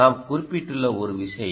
நாம் குறிப்பிட்டுள்ள ஒரு விஷயம்